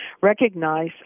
recognize